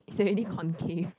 is already concave